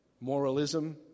moralism